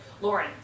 Lauren